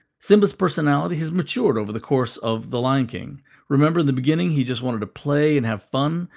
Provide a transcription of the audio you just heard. simba's personality has matured over the course of the lion king remember, in the beginning he just wanted to play and have fun,